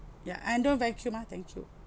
ya and don't vacuum ah thank you